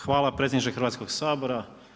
Hvala predsjedniče Hrvatskog sabora.